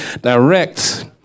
direct